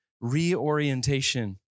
reorientation